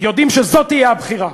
יודע שזאת תהיה הבחירה.